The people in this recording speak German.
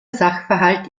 sachverhalt